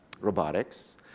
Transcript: robotics